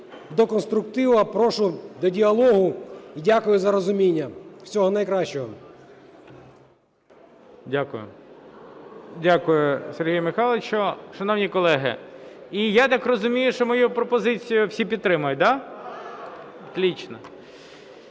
до конструктиву, прошу до діалогу і дякую за розуміння. Всього найкращого. ГОЛОВУЮЧИЙ. Дякую. Дякую, Сергію Михайловичу. Шановні колеги, і я так розумію, що мою пропозицію всі підтримують, да? Отлично.